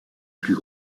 plus